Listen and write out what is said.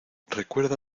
recuerda